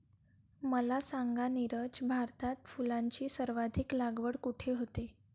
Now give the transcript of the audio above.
मला सांगा नीरज, भारतात फुलांची सर्वाधिक लागवड कुठे होते?